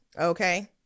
Okay